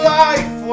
life